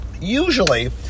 Usually